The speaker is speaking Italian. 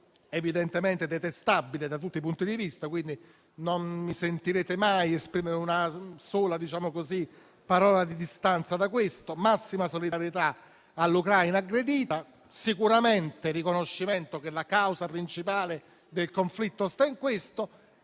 considero detestabile da tutti i punti di vista e, quindi, non mi sentirete mai esprimere una sola parola di distanza da questo; massima solidarietà all'Ucraina aggredita e sicuramente riconoscimento che la causa principale del conflitto sta in questo.